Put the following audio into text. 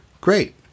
Great